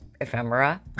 ephemera